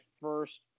first